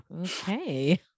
Okay